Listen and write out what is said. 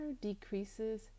decreases